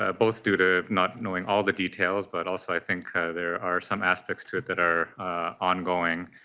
ah both due to not knowing all the details, but also i think there are some aspects to it that are ongoing.